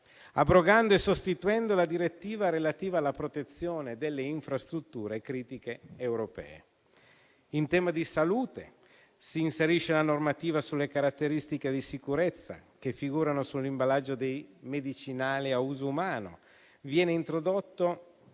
abrogando e sostituendo la direttiva relativa alla protezione delle infrastrutture critiche europee. In tema di salute, si inserisce la normativa sulle caratteristiche di sicurezza che figurano sull'imballaggio dei medicinali a uso umano. Vengono introdotti